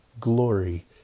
glory